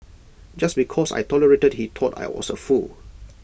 just because I tolerated he thought I was A fool